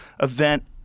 event